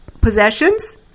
possessions